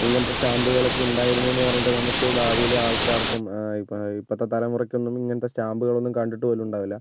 ഇങ്ങനത്തെ സ്റ്റാമ്പുകൾ ഒക്കെ ഉണ്ടായിരുന്നു എന്ന് പറഞ്ഞിട്ട് നമുക്ക് ഭാവിയിൽ ആൾക്കാർക്കും ഇപ്പത്തെ തലമുറക്കൊന്നും ഇങ്ങനത്തെ സ്റ്റാമ്പുകൾ ഒന്നും കണ്ടിട്ട് പോലും ഉണ്ടാകില്ല